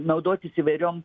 naudotis įvairiom